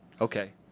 Okay